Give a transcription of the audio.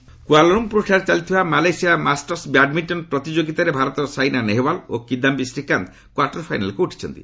badminton କୁଲାଲ୍ମପୁରଠାରେ ଚାଲିଥିବା Malaysia Masters badminton ପ୍ରତିଯୋଗିତାରେ ଭାରତର ସାଇନା ନେହେୱାଲ୍ ଓ କିଦାୟୀ ଶ୍ରୀକାନ୍ତ କ୍ୱାର୍ଟର ଫାଇନାଲ୍କୁ ଉଠିଛନ୍ତି